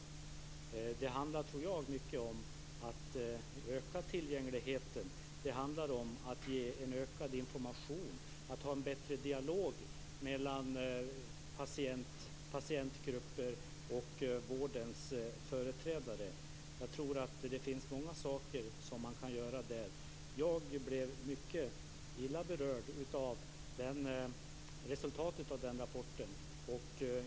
Jag tror att det i stor utsträckning handlar om att öka tillgängligheten, om att ge mer information och om att ha en bättre dialog mellan patientgrupper och vårdens företrädare. Jag tror alltså att det finns många saker som kan göras i det avseendet. Jag blev mycket illa berörd av resultatet av den rapporten.